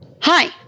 Hi